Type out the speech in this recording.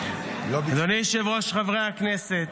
אדוני היושב-ראש, חברי הכנסת,